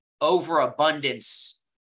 overabundance